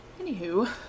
anywho